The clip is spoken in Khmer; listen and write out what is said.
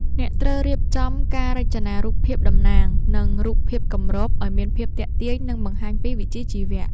អ្នកត្រូវរៀបចំការរចនារូបភាពតំណាង និងរូបភាពគម្រប ឱ្យមានភាពទាក់ទាញ និងបង្ហាញពីវិជ្ជាជីវៈ។